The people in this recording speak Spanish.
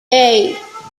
hey